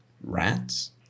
rats